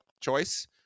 choice